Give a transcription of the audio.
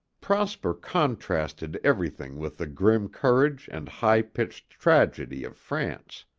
prosper contrasted everything with the grim courage and high-pitched tragedy of france.